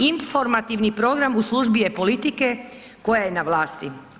Informativni program u službi je politike koja je na vlasti.